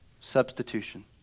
Substitution